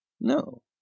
No